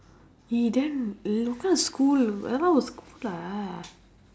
he damn local school a lot of school lah